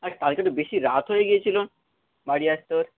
আর কালকে তো বেশি রাত হয়ে গিয়েছিল বাড়ি আসতে ওর